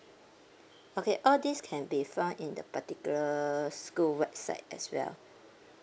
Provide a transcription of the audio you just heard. okay all this can be found in the particular school website as well